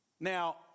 Now